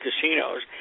casinos